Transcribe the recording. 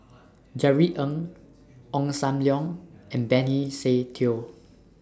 Jerry Ng Ong SAM Leong and Benny Se Teo